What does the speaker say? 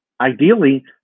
ideally